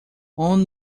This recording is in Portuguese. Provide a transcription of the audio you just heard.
onde